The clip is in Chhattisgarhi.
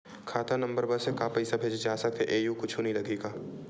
खाता नंबर बस से का पईसा भेजे जा सकथे एयू कुछ नई लगही का?